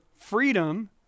freedom